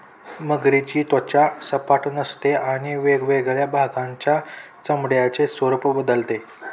मगरीची त्वचा सपाट नसते आणि वेगवेगळ्या भागांच्या चामड्याचे स्वरूप बदलते